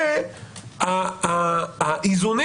והאיזונים,